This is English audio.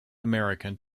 american